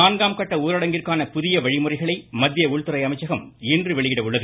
நான்காம் கட்ட உளரடங்கிற்கான புதிய வழிமுறைகளை மத்திய உள்துறை அமைச்சகம் இன்று வெளியிட உள்ளது